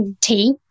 tea